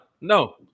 No